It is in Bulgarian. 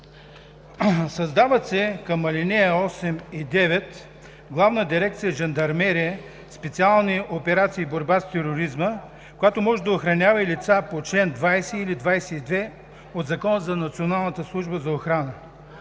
„създава се към ал. 8 и ал. 9 Главна дирекция „Жандармерия, специални операции и борба с тероризма“, която може да охранява и лица по чл. 20 или чл. 22 от Закона за Националната служба за охрана“.